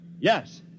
Yes